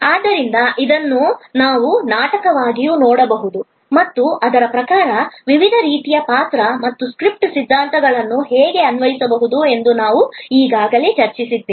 ಆದ್ದರಿಂದ ಇದನ್ನು ನಾವು ನಾಟಕವಾಗಿಯೂ ನೋಡಬಹುದು ಮತ್ತು ಅದರ ಪ್ರಕಾರ ವಿವಿಧ ರೀತಿಯ ಪಾತ್ರ ಮತ್ತು ಸ್ಕ್ರಿಪ್ಟ್ ಸಿದ್ಧಾಂತಗಳನ್ನು ಹೇಗೆ ಅನ್ವಯಿಸಬಹುದು ಎಂದು ನಾವು ಈಗಾಗಲೇ ಚರ್ಚಿಸಿದ್ದೇವೆ